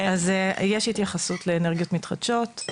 יש התייחסות לאנרגיות מתחדשות,